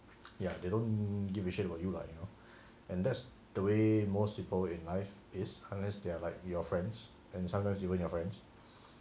ya they don't give a shit about you lah you know and that's the way most people in life is unless they are like your friends and sometimes even your friends